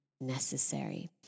necessary